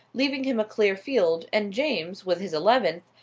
leaving him a clear field, and james, with his eleventh,